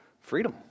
Freedom